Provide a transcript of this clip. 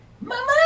Mama